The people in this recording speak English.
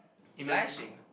flashing